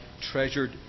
treasured